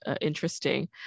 interesting